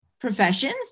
professions